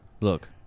look